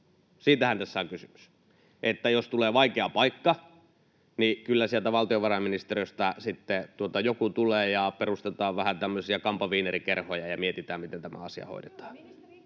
Siitähän tässä on kysymys. Että jos tulee vaikea paikka, niin kyllä sieltä valtiovarainministeriöstä sitten joku tulee ja perustetaan vähän tämmöisiä kampaviinerikerhoja ja mietitään, miten tämä asia hoidetaan.